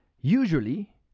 Usually